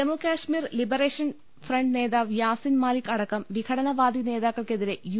Jammu Kashmir liberation front നേതാവ് യാസിൻ മാലിക്ക് അടക്കം വിഘടനവാദി നേതാക്കൾക്കെതിരെ U